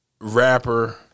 rapper